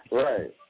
right